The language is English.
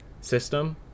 system